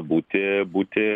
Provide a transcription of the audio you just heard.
būti būti